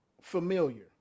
familiar